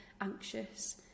anxious